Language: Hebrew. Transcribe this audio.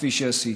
כפי שעשיתי.